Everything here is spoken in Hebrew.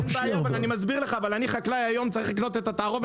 אבל אני בתור חקלאי היום צריך לקנות את התערובת,